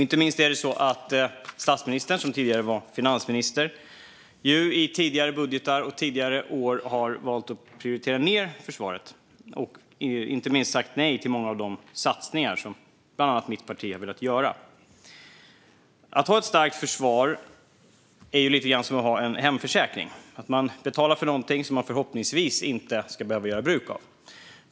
Inte minst har statsministern, som tidigare var finansminister, i tidigare budgetar och under tidigare år valt att prioritera ned försvaret och sagt nej till många av de satsningar som bland annat mitt parti har velat göra. Att ha ett starkt försvar är lite grann som att ha en hemförsäkring. Man betalar för någonting som man förhoppningsvis inte ska behöva göra bruk av.